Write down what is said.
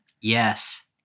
Yes